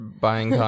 buying